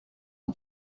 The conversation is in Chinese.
印刷